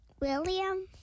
William